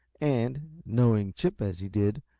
and, knowing chip as he did,